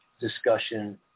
discussion